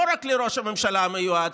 לא רק לראש הממשלה המיועד,